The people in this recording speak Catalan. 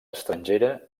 estrangera